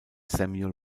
samuel